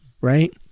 right